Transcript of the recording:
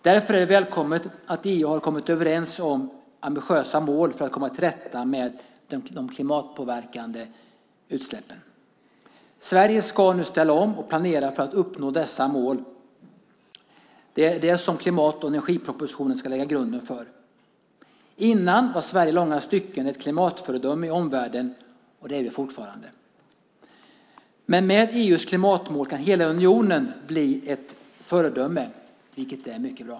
Därför är det välkommet att EU har kommit överens om ambitiösa mål för att komma till rätta med de klimatpåverkande utsläppen. Sverige ska nu ställa om och planera för att uppnå dessa mål. Det är det som klimat och energipropositionen ska lägga grunden för. Innan var Sverige i långa stycken ett klimatföredöme i omvärlden, och det är vi fortfarande. Men med EU:s klimatmål kan hela unionen bli ett föredöme, vilket är mycket bra.